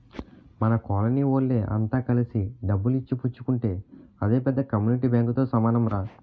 మన కోలనీ వోళ్ళె అంత కలిసి డబ్బులు ఇచ్చి పుచ్చుకుంటే అదే పెద్ద కమ్యూనిటీ బాంకుతో సమానంరా